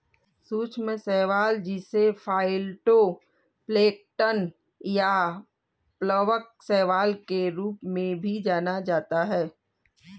सूक्ष्म शैवाल जिसे फाइटोप्लैंक्टन या प्लवक शैवाल के रूप में भी जाना जाता है